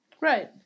Right